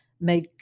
make